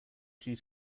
due